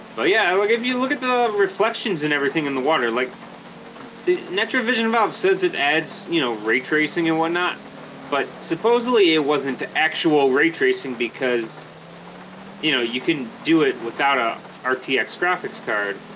but yeah like if you look at the reflections and everything in the water like the naturovision valve says it adds you know ray tracing and whatnot but supposedly it wasn't actual ray tracing because you know you can do it without a um rtx graphics card